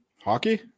Hockey